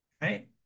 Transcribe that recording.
right